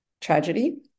tragedy